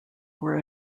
were